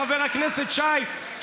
חבר הכנסת שי,